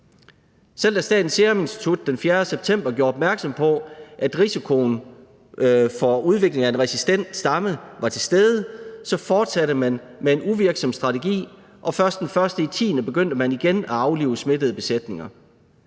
Selv da Statens Serum Institut den 4. september gjorde opmærksom på, at risikoen for udviklingen af en resistent stamme var til stede, fortsatte man med en uvirksom strategi, og først den 1. oktober begyndte man igen at aflive smittede besætninger,